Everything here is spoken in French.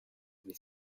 des